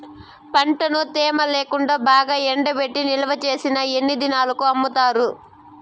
పంటను తేమ లేకుండా బాగా ఎండబెట్టి నిల్వచేసిన ఎన్ని దినాలకు అమ్ముతారు?